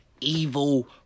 evil